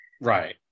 right